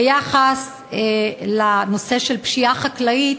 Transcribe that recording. ביחס לנושא של פשיעה חקלאית,